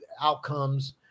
outcomes